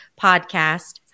podcast